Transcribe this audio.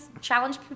challenge